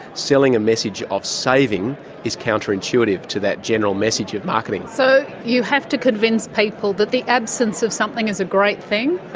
selling a message of saving is counterintuitive to that general message of marketing. so you have to convince people that the absence of something is a great thing,